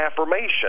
affirmation